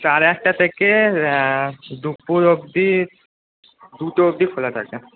সাড়ে আটটা থেকে দুপুর অবধি দুটো অবধি খোলা থাকে